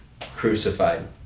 crucified